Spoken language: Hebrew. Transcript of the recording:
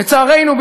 לצערנו,